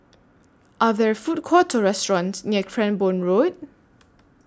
Are There Food Courts Or restaurants near Cranborne Road